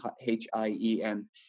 H-I-E-N